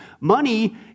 Money